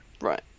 right